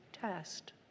test